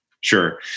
Sure